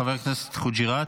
חבר הכנסת חוג'יראת.